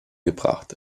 gebracht